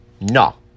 no